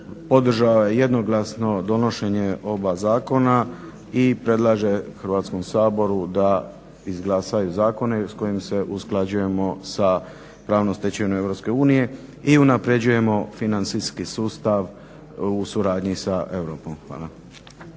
podržao je jednoglasno donošenje oba zakona i predlaže Hrvatskom saboru da izglasaju zakone s kojim se usklađujemo sa pravnom stečevinom EU i unapređujemo financijski sustav u suradnji sa Europom. Hvala.